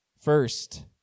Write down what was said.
first